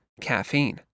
caffeine